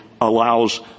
allows